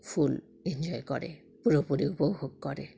ফুল enjoy করে পুরোপুরি উপভোগ করে